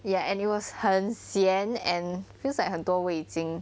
ya and it was 很咸 and feels like 很多味精